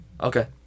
Okay